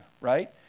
right